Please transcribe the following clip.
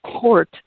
court